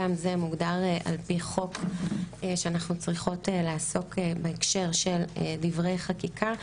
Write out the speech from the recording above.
גם זה מוגדר על פי חוק שאנחנו צריכות לעסוק בהקשר של דברי חקיקה.